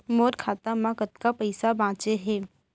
मोर खाता मा कतका पइसा बांचे हे?